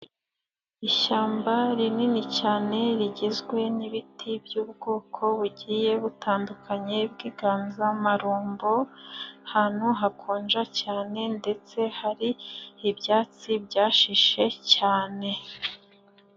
Ishyamba rinini cyane rigizwe n'ibiti by'ubwoko bugiye butandukanye by'inganzamarumbo, ahantu hakonja cyane ndetse hari ibyatsi byashishe cyane.